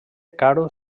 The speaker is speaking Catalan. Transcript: caro